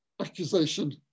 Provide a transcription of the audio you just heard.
accusation